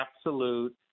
absolute